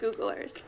Googlers